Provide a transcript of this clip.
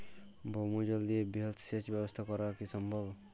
ভৌমজল দিয়ে বৃহৎ সেচ ব্যবস্থা করা কি সম্ভব?